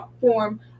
form